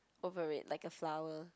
over it like a flower